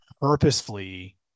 purposefully